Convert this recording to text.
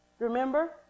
Remember